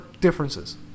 differences